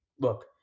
look